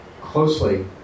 closely